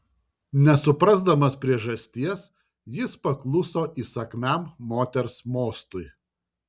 nesuprasdamas priežasties jis pakluso įsakmiam moters mostui